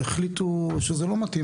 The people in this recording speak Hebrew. החליטו שזה לא מתאים,